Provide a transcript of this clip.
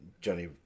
Johnny